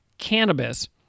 cannabis